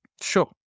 Sure